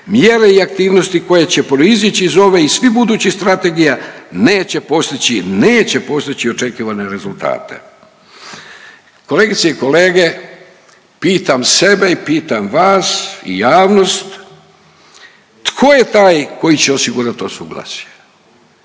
mjere i aktivnosti koje će proizići i svih budućih strategija neće postići, neće postići očekivane rezultate. Kolegice i kolege, pitam sebe i pitam vas i javnost tko je taj koji će osigurati to suglasje,